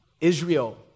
Israel